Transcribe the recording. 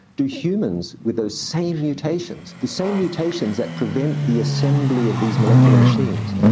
do humans with those same mutations, the same mutations that prevent the assembly of these molecular machines,